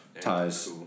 ties